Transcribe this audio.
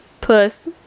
puss